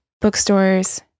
bookstores